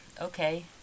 okay